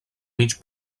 mig